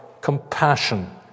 compassion